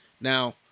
Now